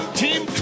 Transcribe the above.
team